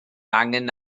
angen